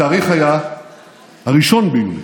התאריך היה 1 ביולי,